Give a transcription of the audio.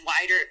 wider